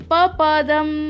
Papadam